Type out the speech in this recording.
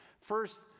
First